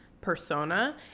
persona